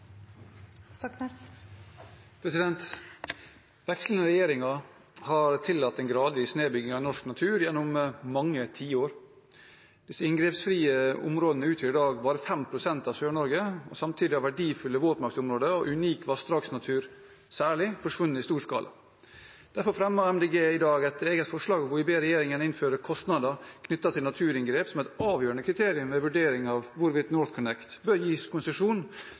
har tillatt en gradvis nedbygging av norsk natur gjennom mange tiår. Disse inngrepsfrie områdene utgjør i dag bare 5 pst. av Sør-Norge. Samtidig har verdifulle våtmarksområder og særlig unik vassdragsnatur forsvunnet i stor skala. Derfor fremmer Miljøpartiet De Grønne i dag et eget forslag der vi ber regjeringen innføre kostnader knyttet til naturinngrep som et avgjørende kriterium ved vurdering av hvorvidt NorthConnect bør gis konsesjon